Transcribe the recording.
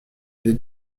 les